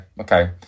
Okay